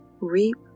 reap